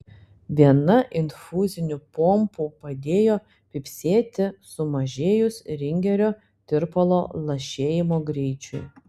viena infuzinių pompų padėjo pypsėti sumažėjus ringerio tirpalo lašėjimo greičiui